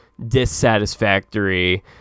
dissatisfactory